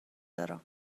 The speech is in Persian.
دارم